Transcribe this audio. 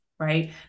Right